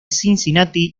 cincinnati